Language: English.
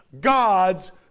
God's